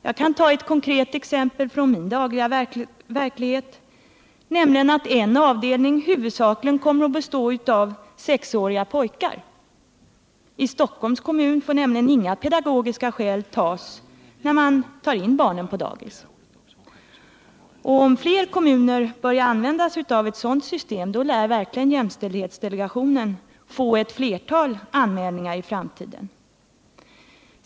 Jag kan ta ett konkret exempel från min dagliga verklighet, nämligen att en avdelning huvudsakligen kommer att bestå av 6-åriga pojkar. I Stockholms kommun får nämligen inga pedagogiska skäl anföras när man tar in barnen på dagis. Om fler kommuner börjar använda sig av ett sådant system lär jämställdhetsdelegationen få ett flertal anmälningar i framtiden.